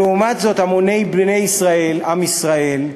לעומת זאת, המוני בני ישראל, עם ישראל,